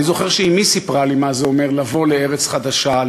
אני זוכר שאמי סיפרה לי מה זה אומר לבוא לארץ חדשה,